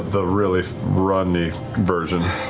the really runny version.